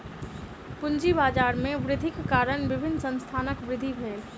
पूंजी बाजार में वृद्धिक कारण विभिन्न संस्थानक वृद्धि भेल